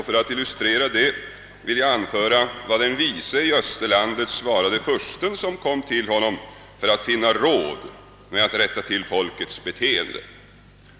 För att illustrera det vill jag anföra vad den vise i Österlandet svarade fursten som ville ha ett råd för att kunna rätta till folkets beteende.